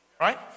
right